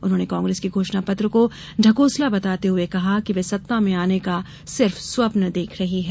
उन्होंने कांग्रेस के घोषणा पत्र को ढकोसला बताते हुये कहा कि वह सत्ता में आने का सिर्फ स्वपन देख रही है